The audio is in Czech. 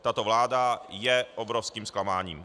Tato vláda je obrovským zklamáním.